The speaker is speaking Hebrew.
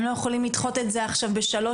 הם לא יכולים לדחות את זה עכשיו בשלוש